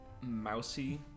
mousy